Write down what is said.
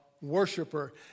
worshiper